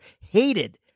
hated